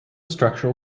structural